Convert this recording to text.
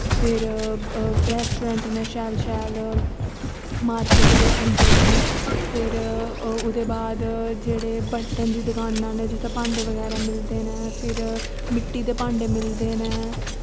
फिर रेस्ट्रोरेंट न शैल शैल मार्किट दे अंदर ही फिर ओहदे बाद जेह्ड़े बर्तन दी दकानां न जित्थे भांडे बगैरा मिलदे न फिर मिट्टी दे भांडे मिलदे न